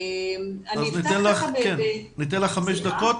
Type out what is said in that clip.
ניתן לך חמש דקות.